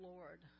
Lord